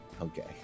okay